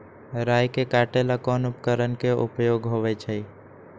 राई के काटे ला कोंन उपकरण के उपयोग होइ छई?